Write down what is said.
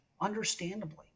understandably